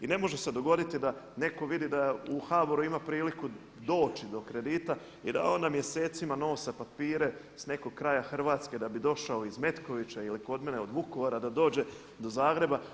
I ne može se dogoditi da neko vidi da u HBOR-u ima priliku doći do kredita i da onda mjesecima nosa papire s nekog kraja Hrvatske da bi došao iz Metkovića ili kod mene od Vukovara da dođe do Zagreba.